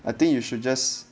I think you should just